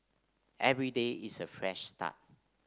every day is a fresh start